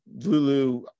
lulu